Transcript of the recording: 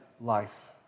life